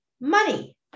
money